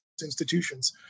institutions